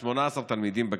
18 תלמידים בכיתה.